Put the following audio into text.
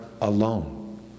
alone